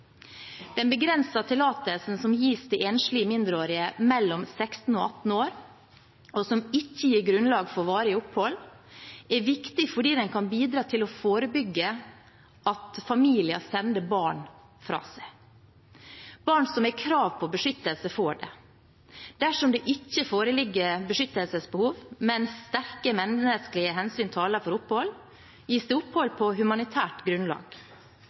Den begrensede tillatelsen som gis til enslige mindreårige mellom 16 og 18 år – og som ikke gir grunnlag for varig opphold – er viktig fordi den kan bidra til å forebygge at familier sender barn fra seg. Barn som har krav på beskyttelse, får det. Dersom det ikke foreligger beskyttelsesbehov, men der sterke menneskelige hensyn taler for opphold, gis det opphold på humanitært grunnlag.